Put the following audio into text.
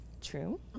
true